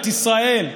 את ישראל,